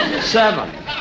seven